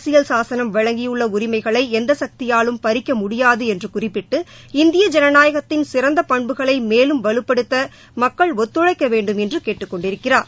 அரசியல் சாசனம் வழங்கியுள்ள உரிமைகளை எந்த சக்தியாலும் பறிக்க முடியாது என்று குறிப்பிட்டு இந்திய ஜனநாயகத்தின் சிறந்த பண்புகளை மேலும் வலுப்படுத்த மக்கள் ஒத்துழைக்க வேண்டும் என்று கேட்டுக் கொண்டிருக்கிறார்